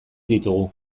ditugu